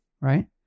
Right